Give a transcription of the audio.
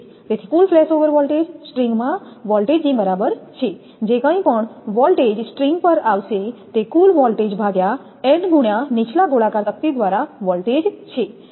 તેથી કુલ ફ્લેશઓવર સ્ટ્રિંગમાં વોલ્ટેજની બરાબર છે જે કંઇ પણ વોલ્ટેજ સ્ટ્રિંગ પર આવશે તે કુલ વોલ્ટેજ ભાગ્યા n ગુણ્યા નીચલા ગોળાકાર તક્તી દ્વારા વોલ્ટેજ છે